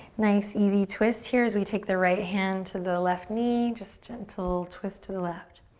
nice, easy twist here as we take the right hand to the left knee. just gentle twist to the left.